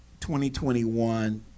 2021